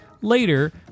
Later